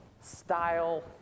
style